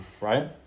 right